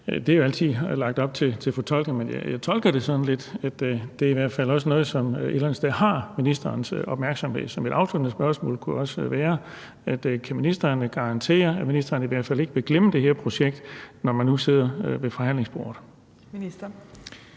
Der er jo altid lagt op til fortolkning, men jeg tolker det sådan lidt, som om det i hvert fald er noget, som et eller andet sted også har ministerens opmærksomhed. Så mit afsluttende spørgsmål kunne være: Kan ministeren garantere, at ministeren i hvert fald ikke vil glemme det her projekt, når man nu sidder ved forhandlingsbordet?